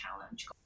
challenge